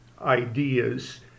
ideas